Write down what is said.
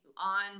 on